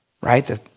right